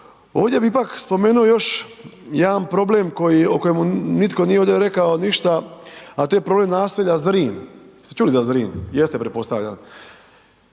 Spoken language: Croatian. Ovdje bi ipak spomenuo još jedan problem koji, o kojemu nitko nije ovdje rekao ništa, a to je problem naselja Zrin, jeste čuli za Zrin? Jeste pretpostavljam.